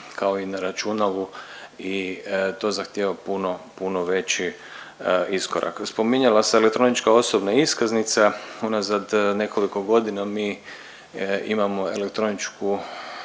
kao i na računalu i to zahtjeva puno, puno veći iskorak. Spominjala se elektronička osobna iskaznica. Unazad nekoliko godina mi imamo elektroničku